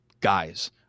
guys